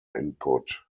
input